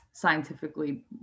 Scientifically